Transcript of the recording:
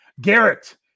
Garrett